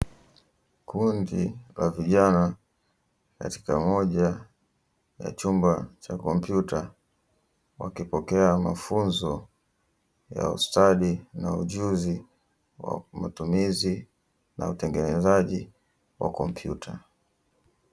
Kundi la vijana katika moja ya chumba cha kompyuta, wakipokea mafunzo ya ustadi, na ujuzi wa matumizi na utengenezaji wa kompyuta.